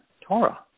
Torah